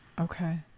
Okay